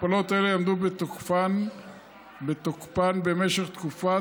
הכפלות אלו יעמדו בתוקפן במשך תוקפה